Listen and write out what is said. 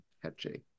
catchy